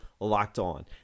LOCKEDON